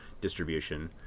distribution